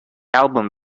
album